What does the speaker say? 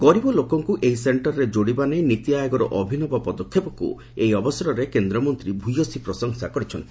ଗରିବ ଲୋକଙ୍ଙୁ ଏହି ସଣ୍ଟରରେ ଯୋଡିବା ନେଇ ନୀତି ଆୟୋଗର ଅଭିନବ ପଦକ୍ଷେପକୁ ଏହି ଅବସରରେ କେନ୍ଦ୍ରମନ୍ତୀ ଭୂୟସୀ ପ୍ରଶଂସା କରିଛନ୍ତି